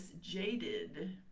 jaded